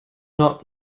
not